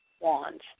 Wands